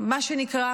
מה שנקרא